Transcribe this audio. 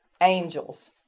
angels